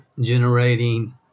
generating